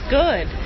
good